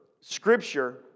scripture